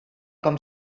com